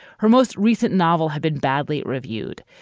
her most recent novel had been badly reviewed.